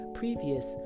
previous